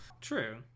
true